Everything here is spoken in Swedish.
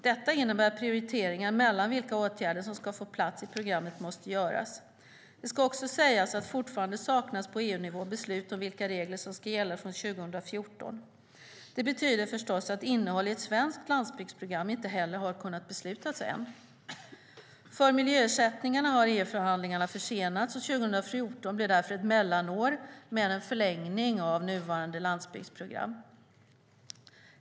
Detta innebär att prioriteringar mellan vilka åtgärder som ska få plats i programmet måste göras. Det ska också sägas att fortfarande saknas på EU-nivå beslut om vilka regler som ska gälla från 2014. Det betyder förstås att innehåll i ett svenskt landsbygdsprogram inte heller har kunnat beslutas än. För miljöersättningarna har EU-förhandlingarna försenats, och 2014 blir därför ett mellanår med en förlängning av nuvarande landsbygdsprogram.